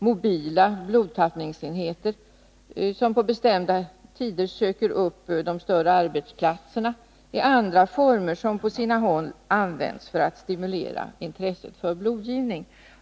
Mobila blodtappningsenheter, som på bestämda tider söker upp de större arbetsplatserna, är en annan form som på sina håll används för att stimulera intresset för blodgivning.